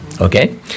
Okay